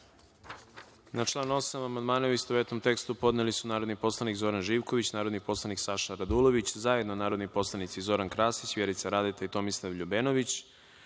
član 8. amandmane u istovetnom tekstu podneli su narodni poslanik Zoran Živković, narodni poslanik Saša Radulović, zajedno narodni poslanici Zoran Krasić, Vjerica Radeta i Tomislav LJubenović,